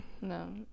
No